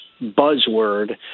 buzzword